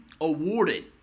awarded